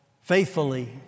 faithfully